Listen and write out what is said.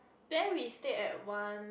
then we stayed at one